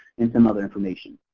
and some other information.